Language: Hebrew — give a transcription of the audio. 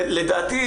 לדעתי,